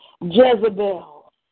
Jezebel